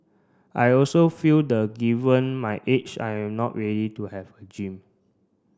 I also feel the given my age I am not ready to have a gym